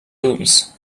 rooms